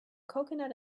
coconut